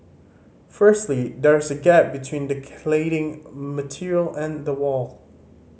firstly there's a gap between the cladding material and the wall